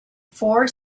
four